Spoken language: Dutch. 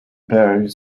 berg